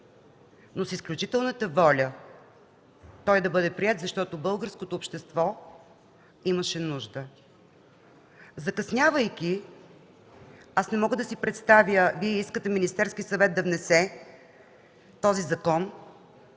но с изключителната воля той да бъде приет, защото българското общество имаше нужда. Закъснявайки – аз не мога да си представя – Вие искате Министерският съвет да внесе този закон,